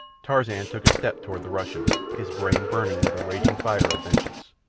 tarzan took a step toward the russian, his brain burning with a raging fire of vengeance.